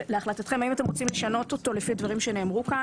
ולהחלטתכם אם אתם רוצים לשנות אותו לפי הדברים שנאמרו כאן